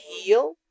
heal